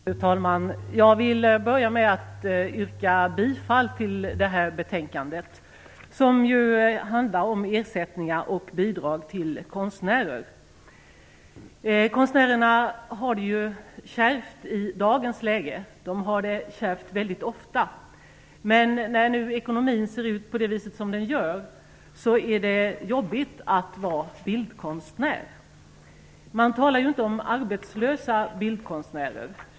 Fru talman! Jag vill börja med att yrka bifall till hemställan i detta betänkande som handlar om ersättningar och bidrag till konstnärer. Konstnärerna har det ju kärvt i dagens läge. De har det kärvt väldigt ofta. Men när nu ekonomin ser ut på det vis som den gör är det jobbigt att vara bildkonstnär. Man talar inte om arbetslösa bildkonstnärer.